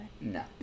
No